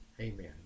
Amen